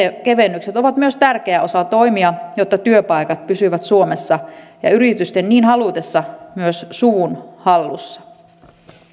kevennykset ovat myös tärkeä osa toimia joilla työpaikat pysyvät suomessa ja yritysten niin halutessa myös suvun hallussa